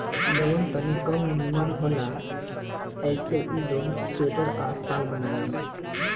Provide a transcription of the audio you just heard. जवन तनी कम निमन होला ऐसे ई लोग स्वेटर आ शाल बनावेला